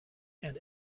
and